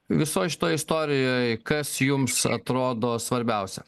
visoj šitoj istorijoj kas jums atrodo svarbiausia